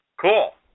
Cool